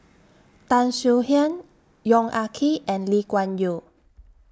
Tan Swie Hian Yong Ah Kee and Lee Kuan Yew